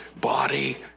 body